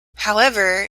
however